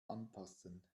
anpassen